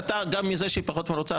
גם מזה שהיא פחות מרוצה,